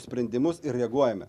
sprendimus ir reaguojame